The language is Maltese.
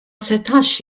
setax